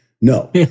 No